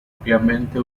ampliamente